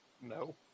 No